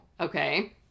Okay